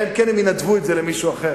אלא אם כן הם ינדבו את זה למישהו אחר,